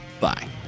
Bye